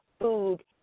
food